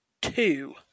Two